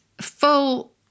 full